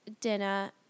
dinner